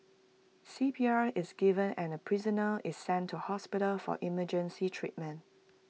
C P R is given and prisoner is sent to hospital for emergency treatment